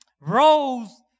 rose